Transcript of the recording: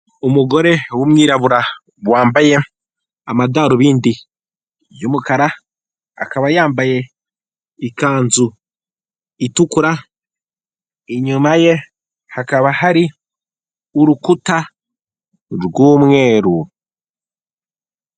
Umugore w'umwirabura wambaye amadarubindi y'umukara akaba yambaye ikanzu itukura, inyuma ye hakaba hari urukuta rw'umweru.